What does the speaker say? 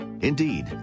Indeed